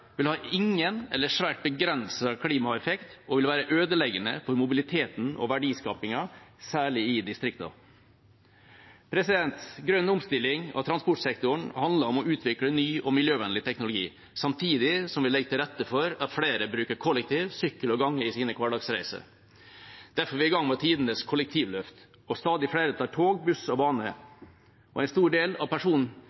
vil ha ingen eller svært begrenset klimaeffekt og vil være ødeleggende for mobiliteten og verdiskapingen, særlig i distriktene. Grønn omstilling av transportsektoren handler om å utvikle ny og miljøvennlig teknologi, samtidig som vi legger til rette for at flere bruker kollektiv, sykkel og gange i sine hverdagsreiser. Derfor er vi i gang med tidenes kollektivløft, og stadig flere tar tog, buss og